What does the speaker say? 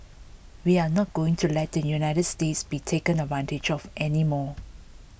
we are not going to let the United States be taken advantage of any more